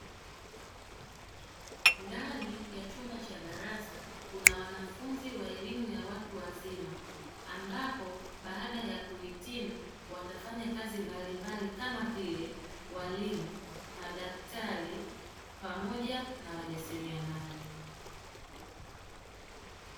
Ndani ya chumba cha darasa kuna wanafunzi wa elimu ya watu wazima ambapo baada ya kuhitimu watafanya kazi mbalimbali kama vile; walimu, madaktari, pamoja na wajasiriamali.